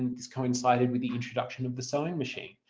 this coincided with the introduction of the sewing machine,